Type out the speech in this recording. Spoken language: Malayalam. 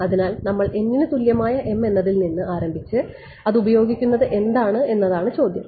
അതിനാൽ നമ്മൾ n ന് തുല്യമായ m എന്നതിൽ നിന്ന് ആരംഭിച്ച് അത് ഉപയോഗിക്കുന്നത് എന്താണ് എന്നതാണ് ചോദ്യം